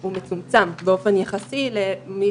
הוא מצומצם באופן יחסי למי